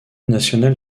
nationale